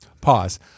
Pause